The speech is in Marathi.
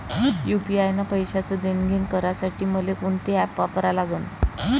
यू.पी.आय न पैशाचं देणंघेणं करासाठी मले कोनते ॲप वापरा लागन?